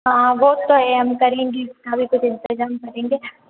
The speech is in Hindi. हाँ वो तो है हम करेंगे इसका भी कुछ इंतजाम करेंगे